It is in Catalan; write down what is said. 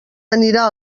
anirà